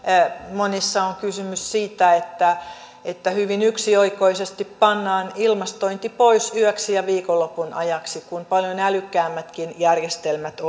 on kysymys siitä että että hyvin yksioikoisesti pannaan ilmastointi pois yöksi ja viikonlopun ajaksi kun nykyaikana olisivat mahdollisia paljon älykkäämmätkin järjestelmät